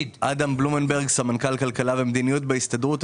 אני סמנכ"ל כלכלה ומדיניות בהסתדרות.